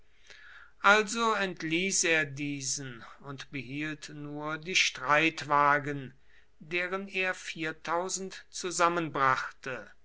also entließ er diesen und behielt nur die streitwagen deren er zusammenbrachte